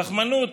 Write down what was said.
רחמנות.